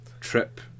trip